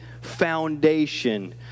foundation